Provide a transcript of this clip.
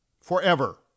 forever